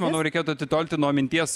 manau reikėtų atitolti nuo minties